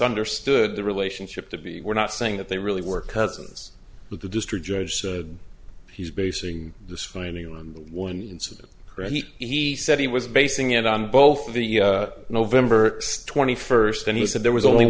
understood the relationship to be we're not saying that they really were cousins but the district judge said he's basing the screening room one and he said he was basing it on both the november twenty first and he said there was only